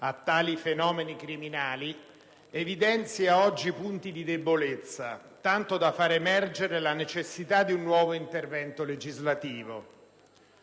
a tali fenomeni criminali, evidenzia oggi punti di debolezza, tanto da far emergere la necessità un nuovo intervento legislativo.